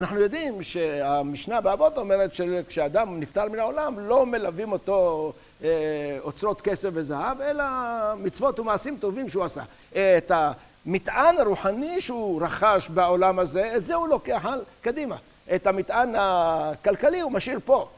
אנחנו יודעים שהמשנה באבות אומרת שכשאדם נפטר מן העולם, לא מלווים אותו אוצרות כסף וזהב, אלא מצוות ומעשים טובים שהוא עשה. את המטען הרוחני שהוא רכש בעולם הזה, את זה הוא לוקח קדימה. את המטען הכלכלי הוא משאיר פה.